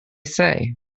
say